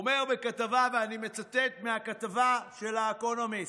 אומר בכתבה, ואני מצטט מהכתבה של האקונומיסט: